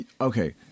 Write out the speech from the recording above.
Okay